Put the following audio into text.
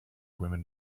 women